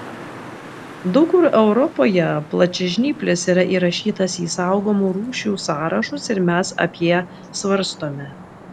daug kur europoje plačiažnyplis yra įrašytas į saugomų rūšių sąrašus ir mes apie svarstome